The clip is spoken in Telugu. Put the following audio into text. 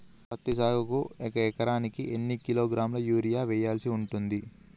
పత్తి సాగుకు ఒక ఎకరానికి ఎన్ని కిలోగ్రాముల యూరియా వెయ్యాల్సి ఉంటది?